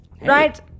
Right